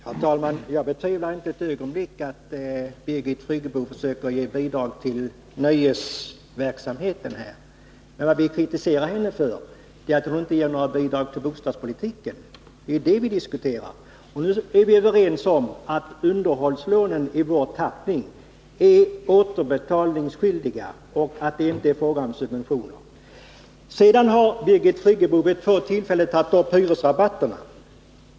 Herr talman! Jag betvivlar inte ett ögonblick att Birgit Friggebo här försöker ge bidrag till nöjesverksamheten. Men vad vi kritiserar henne för är att hon inte ger några bidrag till bostadspolitiken — och det är ju det vi diskuterar. Nu är vi överens om att underhållslånen i vår tappning är återbetalningsskyldiga och att det inte är fråga om subventioner. Birgit Friggebo har vid två tillfällen tagit upp frågan om hyresrabatterna.